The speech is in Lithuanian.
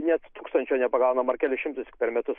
net tūkstančio nepagaunam ar kelis šimtus tik per metus